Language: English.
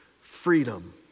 freedom